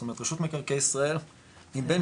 זאת אומרת רשות מקרקעי ישראל היא בין